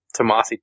Tomasi